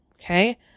Okay